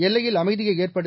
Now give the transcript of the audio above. எல்லையில் அமைதியை ஏற்படுத்த